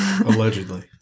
Allegedly